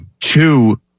Two